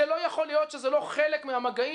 זה לא יכול להיות שזה לא חלק מהמגעים,